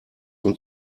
und